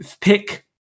pick